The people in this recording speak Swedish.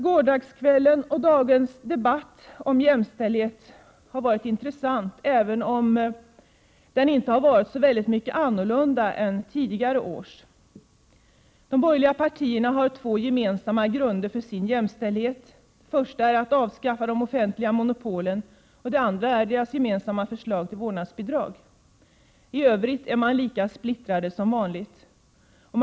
Gårdagskvällens och dagens debatt om jämställdhet är intressant, även om den inte skiljer sig särskilt mycket från tidigare års debatter i detta sammanhang. De borgerliga partierna har två gemensamma grunder för sin jämställdhet. För det första vill man avskaffa de offentliga monopolen. För det andra gäller det deras gemensamma förslag. till vårdnadsbidrag. I övrigt är de lika splittrade som annars.